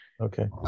Okay